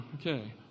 okay